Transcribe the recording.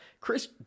Chris